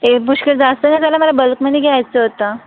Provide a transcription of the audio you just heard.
हे पुष्कळ जास्त नाही झालं मला बल्कमध्ये घ्यायचं होतं